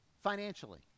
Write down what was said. financially